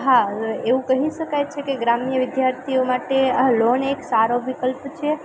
હા એવું કહી શકાય છેકે ગ્રામ્ય વિદ્યાર્થીઓ માટે આ લોન એક સારો વિકલ્પ છે